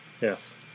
Yes